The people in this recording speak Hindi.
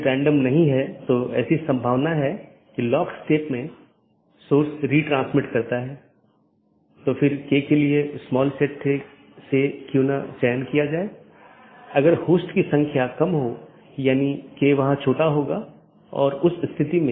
कैसे यह एक विशेष नेटवर्क से एक पैकेट भेजने में मदद करता है विशेष रूप से एक ऑटॉनमस सिस्टम से दूसरे ऑटॉनमस सिस्टम में